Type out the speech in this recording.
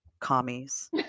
commies